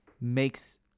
makes